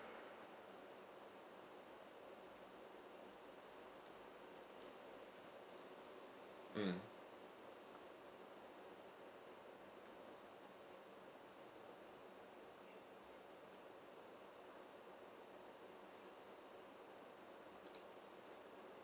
mm